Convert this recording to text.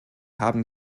haben